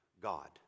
God